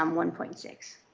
um one point six.